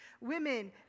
women